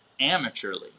amateurly